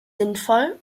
sinnvoll